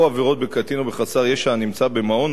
או עבירות בקטין או בחסר ישע הנמצא במעון,